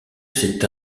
c’est